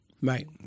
Right